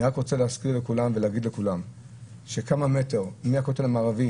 אני רק רוצה להזכיר לכולם ולהגיד לכולם שכמה מטרים מהכותל המערבי